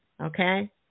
Okay